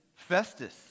Festus